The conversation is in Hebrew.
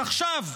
אז עכשיו,